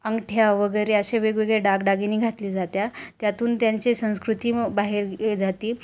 अंगठ्या वगैरे असे वेगवेगळे दागदागिने घातली जात्या त्यातून त्यांची संस्कृती मग बाहेर ए जाती